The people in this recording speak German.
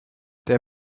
der